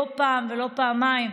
לא פעם ולא פעמיים: